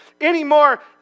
anymore